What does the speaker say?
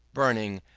burning,